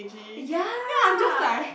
ya